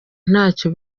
ntacyo